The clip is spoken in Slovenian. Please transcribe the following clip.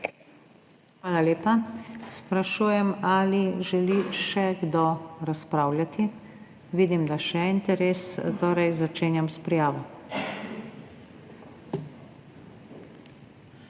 Hvala lepa. Sprašujem, ali želi še kdo razpravljati. Vidim, da je še interes, torej začenjam s prijavo.